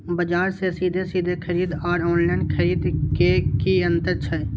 बजार से सीधे सीधे खरीद आर ऑनलाइन खरीद में की अंतर छै?